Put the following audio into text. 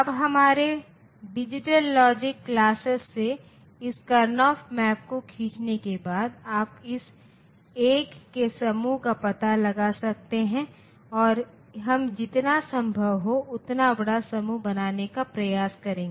अब हमारे digital logic classes से इस करएनफ मैप को खींचने के बाद आप इस एक के समूह का पता लगा सकते हैं और हम जितना संभव हो उतना बड़ा समूह बनाने का प्रयास करेंगे